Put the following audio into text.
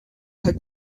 had